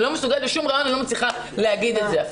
אני אפילו לא מצליחה להגיד את זה.